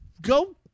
go